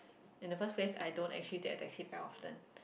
in the first place I don't actually take a taxi very often